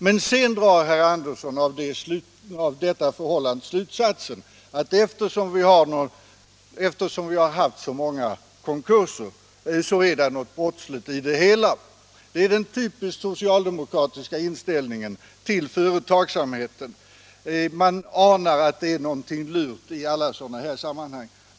Men därav drar herr Andersson slutsatsen att det stora antalet konkurser tyder på att det här skulle vara fråga om någonting brottsligt. Detta är den typiska socialdemokratiska inställningen till fö 119 120 retagsamheten. Man anar någonting lurt i alla sådana här sammanhang.